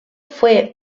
fue